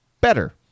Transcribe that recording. better